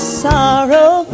sorrow